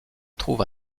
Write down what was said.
trouve